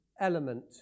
element